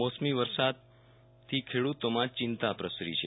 કમોસમી વરસાદ ખેડુતોમાં ચિંતા પ્રસરી ે